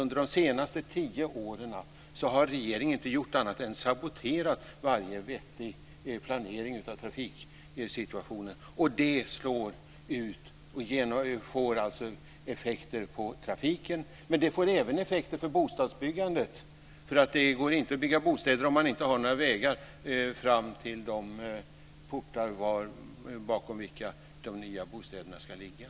Under de senaste tio åren har regeringen inte gjort annat än saboterat varje vettig planering av trafiksituationen. Det får effekter på trafiken. Men det får även effekter på bostadsbyggandet. Det går inte att bygga bostäder om man inte har några vägar fram till de portar bakom vilka de nya bostäderna ska ligga.